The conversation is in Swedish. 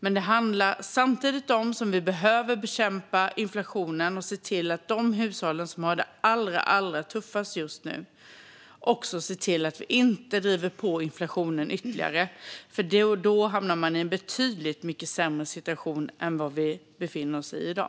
Men samtidigt som vi behöver bekämpa inflationen och se till de hushåll som har det allra tuffast just nu får vi inte driva på inflationen ytterligare. Annars hamnar vi i en betydligt sämre situation än vi befinner oss i i dag.